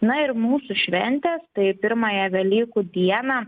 na ir mūsų šventės tai pirmąją velykų dieną